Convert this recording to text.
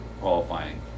qualifying